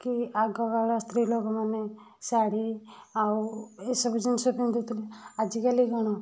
କି ଆଗକାଳ ସ୍ତ୍ରୀଲୋକ ମାନେ ଶାଢ଼ୀ ଆଉ ଏସବୁ ଜିନିଷ ପିନ୍ଧୁଥିଲେ ଆଜିକାଲି କଣ